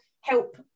help